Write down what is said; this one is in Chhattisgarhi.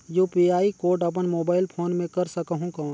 यू.पी.आई कोड अपन मोबाईल फोन मे कर सकहुं कौन?